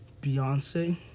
Beyonce